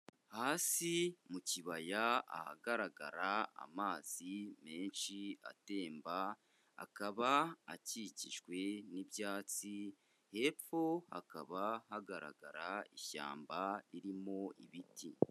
Hasi mu kibaya ahagaragara amazi menshi atemba akaba akikijwe n'ibyatsi, hepfo hakaba hagaragara ishyamba ririmo ibiti.